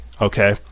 okay